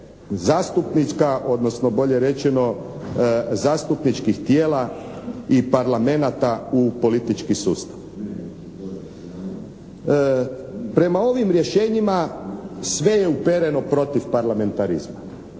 zastupnička, odnosno bolje rečeno zastupničkih tijela i parlamenata u politički sustav. Prema ovim rješenjima sve je upereno protiv parlamentarizma.